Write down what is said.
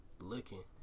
looking